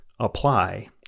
apply